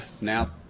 now